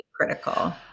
critical